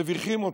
מביכים אותם.